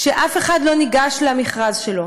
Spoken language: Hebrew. שאף אחד לא ניגש למכרז שלו,